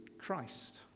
Christ